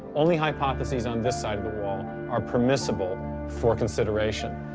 only hypotheses on this side of the wall are permissible for consideration.